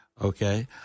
Okay